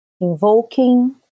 invoking